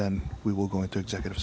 then we will go into executive